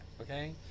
Okay